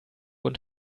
und